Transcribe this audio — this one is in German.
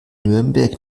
nürnberg